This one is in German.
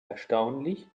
erstaunlich